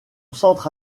centre